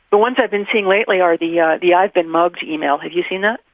the ones i've been seeing lately are the yeah the i've been mugged email. have you seen that?